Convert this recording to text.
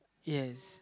yes